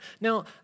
Now